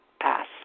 Pass